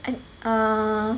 and uh